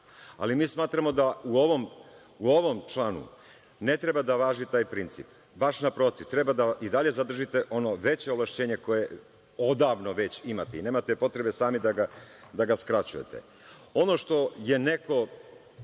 ali mi smatramo da u ovom članu ne treba da važi taj princip, baš na protiv, treba da i dalje zadržite ono veće ovlašćenje koje odavno već imate i nemate potrebe sami da ga skraćujete. Ono što je neko,